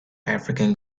african